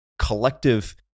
collective